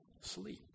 sleep